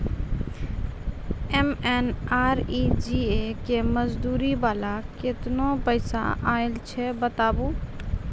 MNREGA के मज़दूरी वाला केतना पैसा आयल छै बताबू?